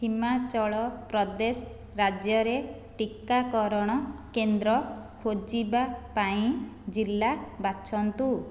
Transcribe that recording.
ହିମାଚଳ ପ୍ରଦେଶ ରାଜ୍ୟରେ ଟିକାକରଣ କେନ୍ଦ୍ର ଖୋଜିବା ପାଇଁ ଜିଲ୍ଲା ବାଛନ୍ତୁ